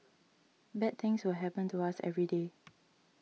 bad things will happen to us every day